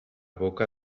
boca